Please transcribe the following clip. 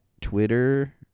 Twitter